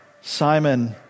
Simon